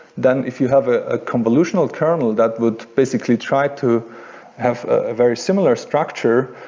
then if you have ah a convolutional kernel that would basically try to have a very similar structure,